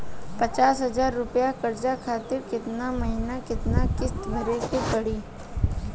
पचास हज़ार रुपया कर्जा खातिर केतना महीना केतना किश्ती भरे के पड़ी?